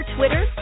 Twitter